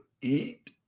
eat